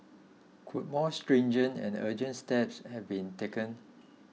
could more stringent and urgent steps have been taken